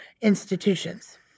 institutions